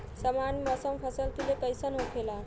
सामान्य मौसम फसल के लिए कईसन होखेला?